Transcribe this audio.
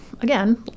again